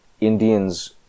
Indians